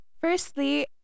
Firstly